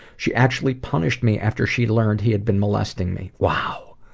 she actually punished me after she learned he had been molesting me. wow.